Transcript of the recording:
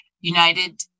United